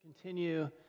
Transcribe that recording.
continue